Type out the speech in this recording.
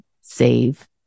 save